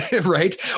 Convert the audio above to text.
right